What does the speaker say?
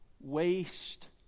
Waste